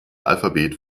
alphabet